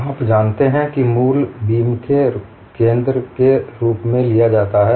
आप जानते हैं कि मूल बीम के केंद्र के रूप में लिया जाता है